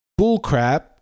bullcrap